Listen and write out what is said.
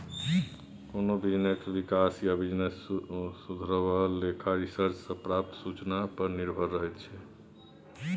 कोनो बिजनेसक बिकास या बिजनेस सुधरब लेखा रिसर्च सँ प्राप्त सुचना पर निर्भर रहैत छै